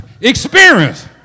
Experience